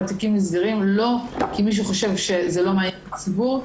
והתיקים נסגרים לא כי מישהו חושב שזה לא מעניין את הציבור,